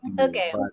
okay